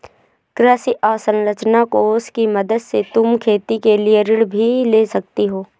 कृषि अवसरंचना कोष की मदद से तुम खेती के लिए ऋण भी ले सकती हो